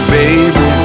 baby